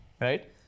right